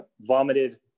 vomited